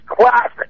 classic